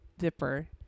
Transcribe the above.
zipper